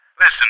Listen